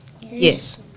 Yes